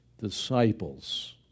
disciples